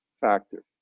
factor